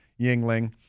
Yingling